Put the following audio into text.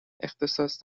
اختصاص